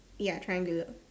ya triangular